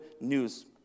news